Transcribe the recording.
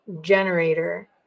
generator